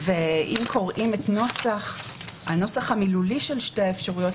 אם קוראים את הנוסח המילולי של שתי האפשרויות,